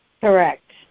Correct